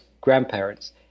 grandparents